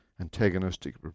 antagonistic